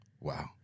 Wow